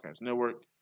Network